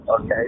okay